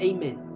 Amen